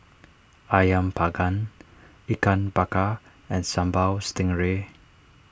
Ayam Panggang Ikan Bakar and Sambal Stingray